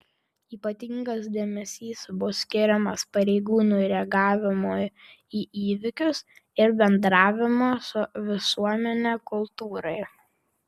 ypatingas dėmesys bus skiriamas pareigūnų reagavimui į įvykius ir bendravimo su visuomene kultūrai